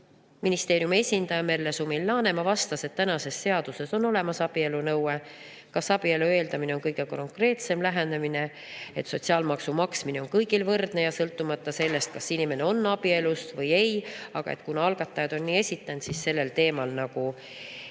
Ministeeriumi esindaja Merle Sumil-Laanemaa vastas, et kehtivas seaduses on olemas abielu nõue. Kas abielu eeldamine on kõige konkreetsem lähenemine? Sotsiaalmaksu maksmine on kõigile võrdne, sõltumata sellest, kas inimene on abielus [olnud] või ei. Aga kuna algatajad on selle eelnõu nii esitanud, siis sellel teemal ei